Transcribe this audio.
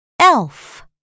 elf